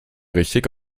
richtig